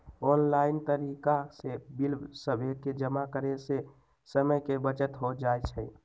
online तरिका से bill सभके जमा करे से समय के बचत हो जाइ छइ